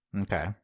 okay